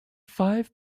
five